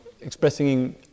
expressing